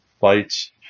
fights